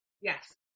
Yes